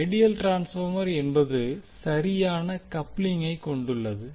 ideal transformer என்பது சரியான கப்லிங்கை கொண்டுள்ளது